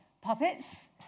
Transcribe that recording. puppets